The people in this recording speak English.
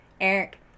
Eric